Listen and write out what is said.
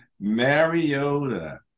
Mariota